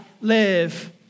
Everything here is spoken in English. live